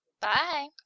Bye